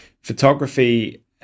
photography